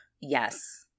Yes